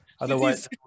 otherwise